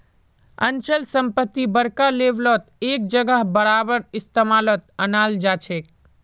अचल संपत्ति बड़का लेवलत एक जगह बारबार इस्तेमालत अनाल जाछेक